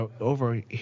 over